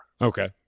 Okay